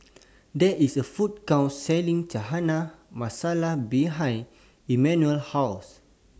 There IS A Food Court Selling Chana Masala behind Immanuel's House